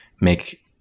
make